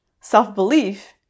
self-belief